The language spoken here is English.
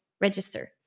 register